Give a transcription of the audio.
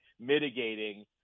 mitigating